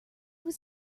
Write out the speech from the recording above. was